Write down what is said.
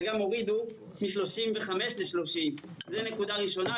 וגם תקציבים שאני מתכוונת לשים לתוך הדבר הזה,